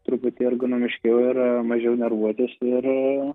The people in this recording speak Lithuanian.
truputį ergonomiškiau yra mažiau nervuotis ir